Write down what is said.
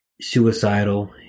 suicidal